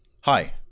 Hi